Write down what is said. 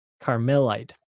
Carmelite